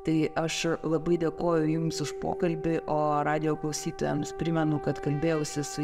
tai aš labai dėkoju jums už pokalbį o radijo klausytojams primenu kad kalbėjausi su